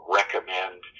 recommend